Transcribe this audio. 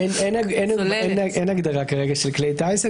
אין הגדרה כרגע של כלי טיס.